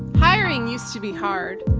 hiring used to be hard,